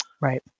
Right